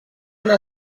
una